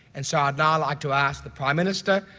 and so i'd now like to ask the prime minister,